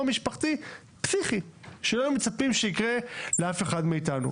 משפחתי פסיכי שלא היינו מצפים שיקרה לאף אחד מאיתנו.